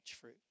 fruit